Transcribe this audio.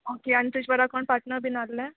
okay आनी तुजे बारा कोण पाटण बी आसले